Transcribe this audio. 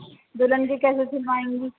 دلہن کی کیسے سلوائیں گی